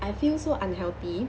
I feel so unhealthy